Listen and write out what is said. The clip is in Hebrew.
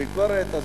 הביקורת,